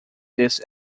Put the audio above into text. this